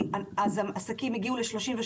העסקים הגיעו ל-38%,